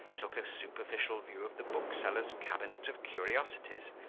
took a superficial view of the booksellers' cabinet of curiosities,